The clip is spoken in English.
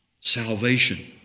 Salvation